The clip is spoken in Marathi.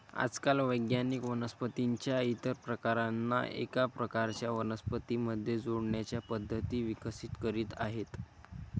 आजकाल वैज्ञानिक वनस्पतीं च्या इतर प्रकारांना एका प्रकारच्या वनस्पतीं मध्ये जोडण्याच्या पद्धती विकसित करीत आहेत